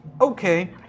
Okay